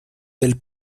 del